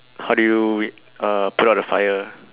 how did you wait uh put out the fire